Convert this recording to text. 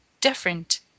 different